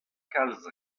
kalz